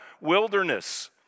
wilderness